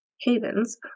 havens